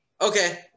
okay